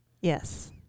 Yes